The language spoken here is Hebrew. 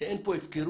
אין פה הפקרות,